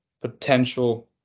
potential